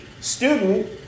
student